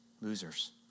losers